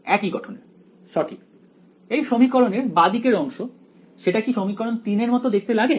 একই গঠনের সঠিক এই সমীকরণের বাঁ দিকের অংশ সেটা কি সমীকরণ 3 এর মত দেখতে লাগে